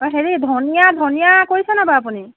অ হেৰি ধনিয়া ধনিয়া কৰিছেনে বাৰু আপুনি